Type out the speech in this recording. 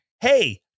hey